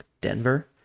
Denver